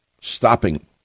stopping